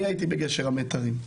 אני הייתי בגשר המיתרים,